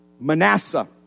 Manasseh